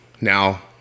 Now